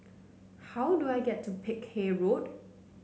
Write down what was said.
how do I get to Peck Hay Road